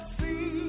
see